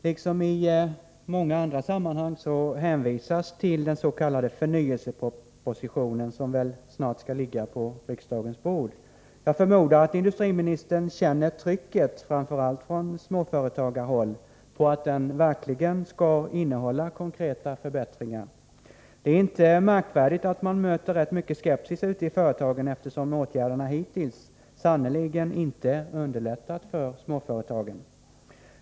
Liksom i många andra sammanhang hänvisas till den s.k. förnyelsepropositionen, som väl snart skall ligga på riksdagens bord. Jag förmodar att industriministern känner trycket, framför allt från småföretagarhåll, på att den verkligen skall innehålla konkreta förbättringar. Det är inte märkvärdigt om man möter rätt mycken skepsis ute i företagen, eftersom åtgärderna hittills sannerligen inte har underlättat för småföretagen.